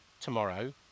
tomorrow